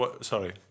Sorry